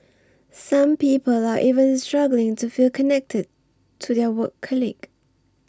some people are even struggling to feel connected to their work colleagues